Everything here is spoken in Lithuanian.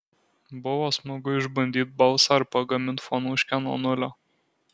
buvo smagu išbandyt balsą ir pagamint fonuškę nuo nulio